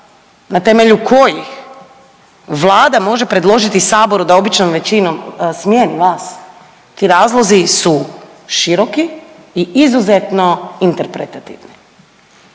na temelju kojih Vlada može predložiti Saboru da običnom većinom smijeni vas, ti razlozi su široki i izuzetno interpretativni,